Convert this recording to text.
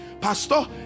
Pastor